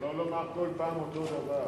גם לא לומר בכל פעם אותו דבר.